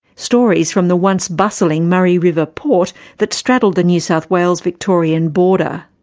stories from the once-bustling murray river port that straddled the new south wales victorian border.